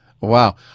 Wow